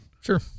sure